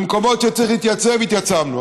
במקומות שצריך להתייצב התייצבנו.